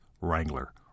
Wrangler